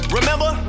Remember